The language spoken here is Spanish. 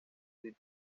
the